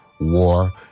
War